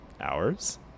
hours